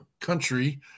Country